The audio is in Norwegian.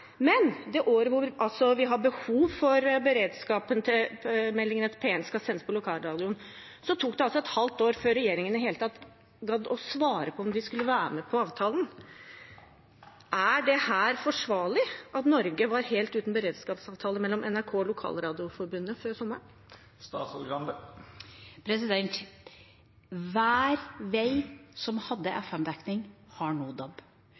men det året hvor vi har behov for at beredskapsmeldingene til P1 sendes på lokalradioen, gikk det et halvt år før regjeringen i det hele tatt gadd å svare på om vi skulle være med på avtalen. Er det forsvarlig at Norge var helt uten beredskapsavtale mellom NRK og Lokalradioforbundet før sommeren? Hver vei som hadde FM-dekning, har nå DAB. Hver tunnel som hadde FM-dekning, har